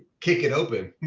kick it open,